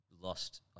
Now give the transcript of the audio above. lost